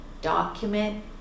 document